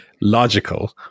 logical